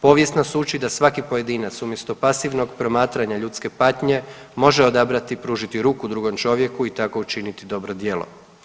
Povijest nas uči da svaki pojedinac umjesto pasivnog promatranja ljudske patnje može odabrati i pružiti ruku drugom čovjeku i tako učiniti dobro djelo.